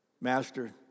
Master